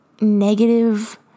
negative